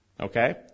Okay